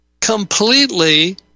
completely